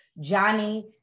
Johnny